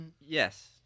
Yes